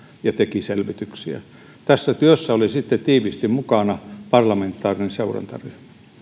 ja teki selvityksiä tässä työssä oli sitten tiiviisti mukana parlamentaarinen seurantaryhmä